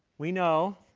we know